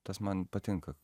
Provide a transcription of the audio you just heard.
tas man patinka